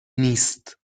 نیست